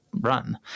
run